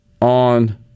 on